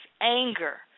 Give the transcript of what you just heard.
anger